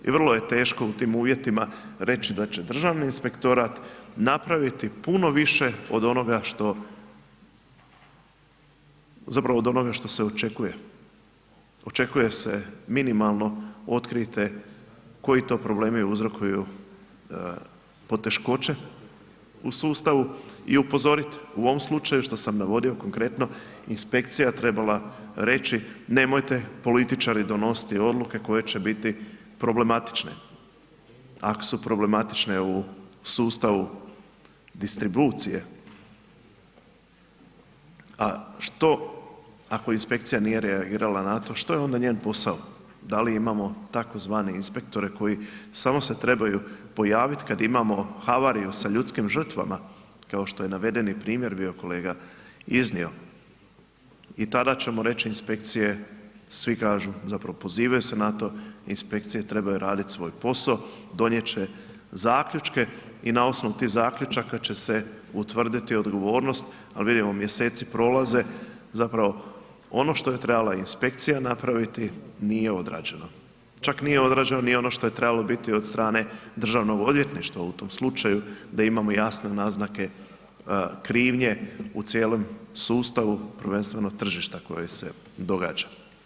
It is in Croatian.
I vrlo je teško u tim uvjetima reći da će Državni inspektorat napraviti puno više od onoga što, zapravo od onoga što se očekuje, očekuje se minimalno, otkrijte koji to problemi uzrokuju poteškoće u sustavu i upozorite, u ovom slučaju što sam navodio konkretno, inspekcija je trebala reći, nemojte političari donositi odluke koje će biti problematične, ak su problematične u sustavu distribucije, a što ako inspekcija nije reagirala na to, što je onda njen posao, da li imamo tzv. inspektore koji samo se trebaju pojavit kad imamo havariju sa ljudskim žrtvama, kao što je navedeni primjer bio kolega iznio i tada ćemo reći inspekcije, svi kažu, zapravo pozivaju se na to, inspekcije trebaju raditi svoj posao, donijet će zaključke i na osnovu tih zaključaka će se utvrditi odgovornost, al vidimo mjeseci prolaze, zapravo, ono što je trebala inspekcija napraviti, nije odrađeno, čak nije odrađeno ni ono što je trebalo biti od strane državnog odvjetništva u tom slučaju da imamo jasne naznake krivnje u cijelom sustavu, prvenstveno tržišta koje se događa.